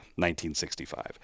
1965